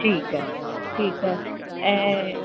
ठीकु आहे ठीकु आहे ऐं